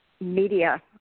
Media